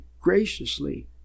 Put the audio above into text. graciously